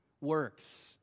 works